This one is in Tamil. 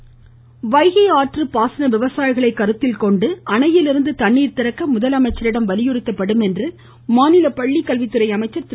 செங்கோட்டையன் வைகை ஆற்று பாசன விவசாயிகளை கருத்தில் கொண்டு அணையிலிருந்து தண்ணீர் திறக்க முதலமைச்சரிடம் வலியுறுத்தப்படும் என்று மாநில பள்ளிக்கல்வித்துறை அமைச்சர் திரு